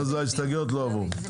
ההסתייגויות לא עברו.